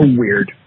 weird